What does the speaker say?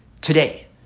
today